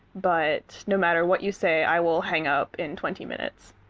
but no matter what you say, i will hang up in twenty minutes!